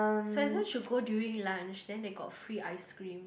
Swensen's should go during lunch then they got free ice cream